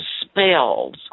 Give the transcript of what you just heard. spells